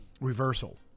reversal